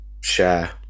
share